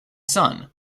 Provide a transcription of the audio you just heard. son